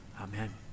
Amen